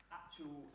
actual